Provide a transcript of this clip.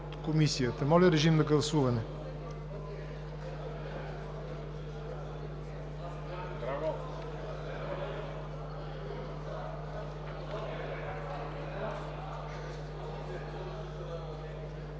Моля, режим на гласуване.